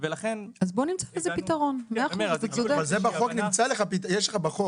זאת אומרת שאומרים לו, אם יש שינוי אתה צריך לבוא